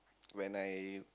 when I